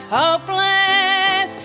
hopeless